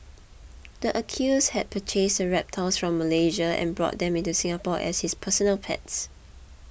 the accused had purchased the reptiles from Malaysia and brought them into Singapore as his personal pets